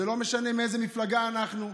זה לא משנה מאיזו מפלגה אנחנו,